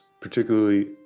particularly